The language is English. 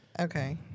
Okay